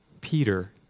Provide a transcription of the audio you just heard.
Peter